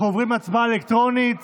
אנחנו עוברים להצבעה אלקטרונית